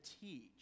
teach